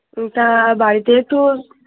তা বাড়িতে একটু ওর